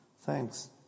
Thanks